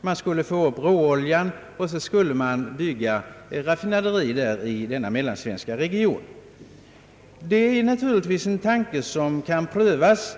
Man skulle få upp råoljan till denna mellansvenska region, och sedan skulle man där bygga raffinaderier. Det är naturligtvis en tanke som kan prövas.